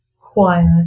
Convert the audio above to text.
quiet